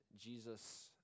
Jesus